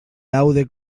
laude